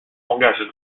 langages